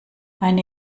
eine